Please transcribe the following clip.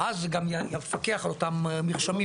ואז גם ייפקחו על אותם המרשמים.